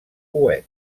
web